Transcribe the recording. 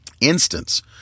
instance